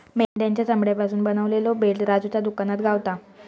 मेंढ्याच्या चामड्यापासून बनवलेलो बेल्ट राजूच्या दुकानात गावता